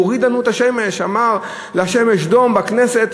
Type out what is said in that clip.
הוא הוריד לנו את השמש, אמר לשמש דום בכנסת.